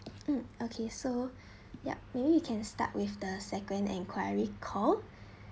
mm okay so yeah maybe you can start with the second inquiry call